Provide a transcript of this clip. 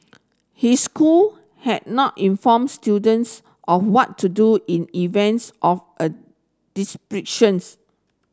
his school had not informed students of what to do in events of a descriptions